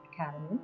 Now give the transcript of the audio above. Academy